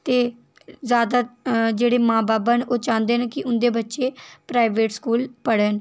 ते जैदा जेह्ड़े मांऽ बब्ब न ओह् चाह्ंदे न कि उं'दे बच्चे प्राइवेट स्कूल पढ़न